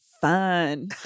fun